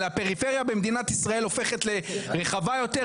אלא הפריפריה במדינת ישראל הופכת לרחבה יותר,